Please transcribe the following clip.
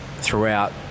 throughout